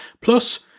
Plus